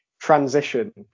transition